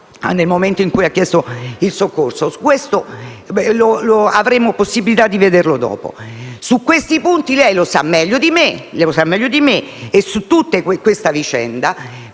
nel momento in cui ha chiesto il soccorso. Questo avremo possibilità di vederlo dopo. Su questi punti - lo sa meglio di me - e su questa vicenda